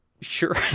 Sure